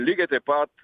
lygiai taip pat